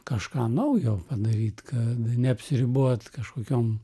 kažką naujo padaryt kad neapsiribot kažkokiom